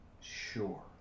sure